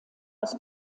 aus